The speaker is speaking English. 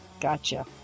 Gotcha